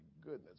goodness